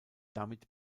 damit